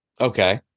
Okay